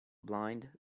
blind